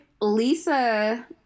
Lisa